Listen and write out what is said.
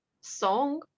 song